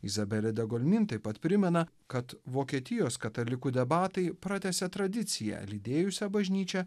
izabelė degolmin taip pat primena kad vokietijos katalikų debatai pratęsė tradiciją lydėjusią bažnyčią